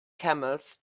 camels